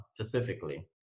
specifically